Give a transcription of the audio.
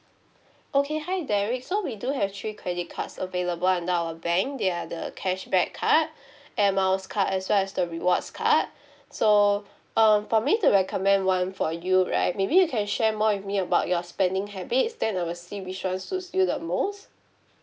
okay hi derek so we do have three credit cards available under our bank they are the cashback card air miles card as well as the rewards card so um for me to recommend one for you right maybe you can share more with me about your spending habits then I will see which one suits you the most